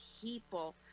people